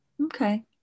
Okay